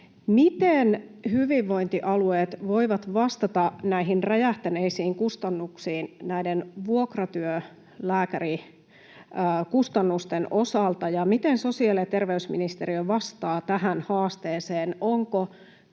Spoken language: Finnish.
Miten hyvinvointialueet voivat vastata näihin räjähtäneisiin kustannuksiin näiden vuokratyölääkärikustannusten osalta, ja miten sosiaali- ja terveysministeriö vastaa tähän haasteeseen? Onko